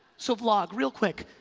so vlog real quick,